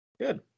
Good